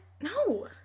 No